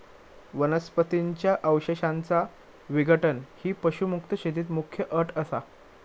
वनस्पतीं च्या अवशेषांचा विघटन ही पशुमुक्त शेतीत मुख्य अट असा